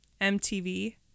MTV